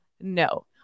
no